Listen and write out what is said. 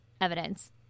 evidence